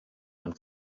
and